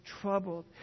troubled